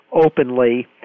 openly